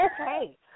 Okay